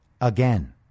Again